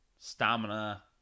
stamina